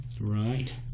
right